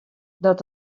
dat